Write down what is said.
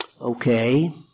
Okay